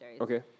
Okay